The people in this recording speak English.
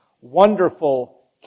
Wonderful